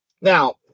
Now